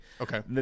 Okay